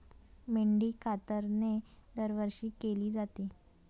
मेंढी कातरणे दरवर्षी केली जाते